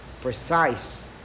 precise